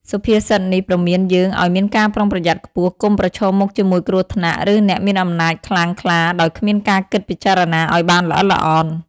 សុភាសិតនេះព្រមានយើងឱ្យមានការប្រុងប្រយ័ត្នខ្ពស់ កុំប្រឈមមុខជាមួយគ្រោះថ្នាក់ ឬអ្នកមានអំណាចខ្លាំងក្លាដោយគ្មានការគិតពិចារណាឱ្យបានល្អិតល្អន់។